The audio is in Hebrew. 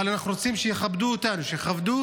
אנחנו רוצים שיכבדו אותנו, שיכבדו